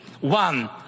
one